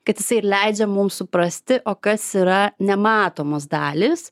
kad jisai leidžia mum suprasti o kas yra nematomos dalys